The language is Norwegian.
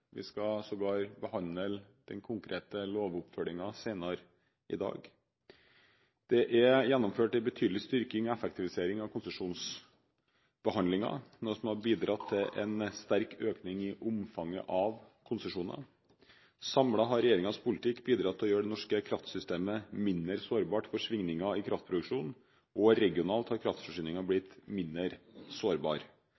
vi skal sågar behandle den konkrete lovoppfølgingen senere i dag. Det er gjennomført en betydelig styrking og effektivisering av konsesjonsbehandlingen, noe som har bidratt til en sterk økning i omfanget av konsesjoner. Samlet har regjeringens politikk bidratt til å gjøre det norske kraftsystemet mindre sårbart for svingninger i kraftproduksjonen, og også regionalt har